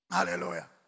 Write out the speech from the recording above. Hallelujah